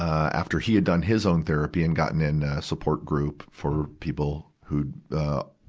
after he had done his own therapy and gotten into support group for people who, ah,